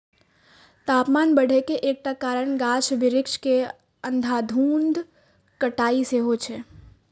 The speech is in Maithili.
तापमान बढ़े के एकटा कारण गाछ बिरिछ के अंधाधुंध कटाइ सेहो छै